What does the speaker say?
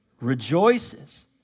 Rejoices